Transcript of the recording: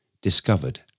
discovered